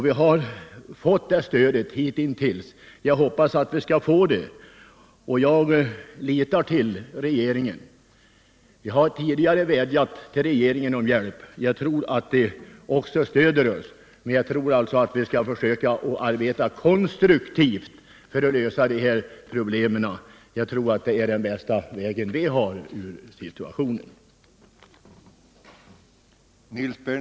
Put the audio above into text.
Vi har fått sådant stöd hittills. Jag hoppas att vi skall få det också i fortsättningen. Jag litar till regeringen. Vi har tidigare vädjat till regeringen om hjälp. Jag vet att den också stöder oss. Men jag menar att vi skall försöka arbeta konstruktivt för att lösa de här problemen. Vi måste komma med konkreta förslag. Det är nog den bästa utvägen ur den här situationen.